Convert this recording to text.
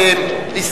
מי נגד?